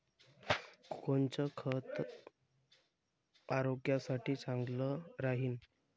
कोनचं खत आरोग्यासाठी चांगलं राहीन?